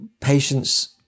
patients